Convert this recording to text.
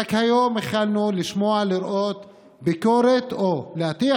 ורק היום התחלנו לשמוע ולראות ביקורת או להטיח